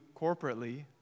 corporately